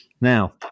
Now